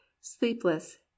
sleepless